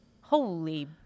Holy